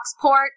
port